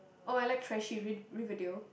oh I like trashy Riverdale